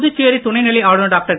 புதுச்சேரி துணைநிலை ஆளுனர் டாக்டர்